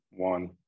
one